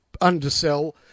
undersell